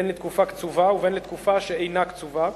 בין לתקופה קצובה ובין לתקופה שאינה קצובה.